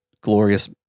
glorious